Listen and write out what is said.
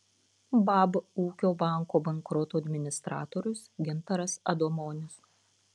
bab ūkio banko bankroto administratorius gintaras adomonis